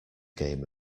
game